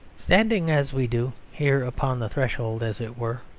standing as we do here upon the threshold, as it were,